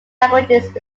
languages